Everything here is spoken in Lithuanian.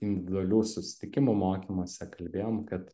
individualių susitikimų mokymuose kalbėjom kad